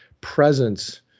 presence